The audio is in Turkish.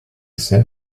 ise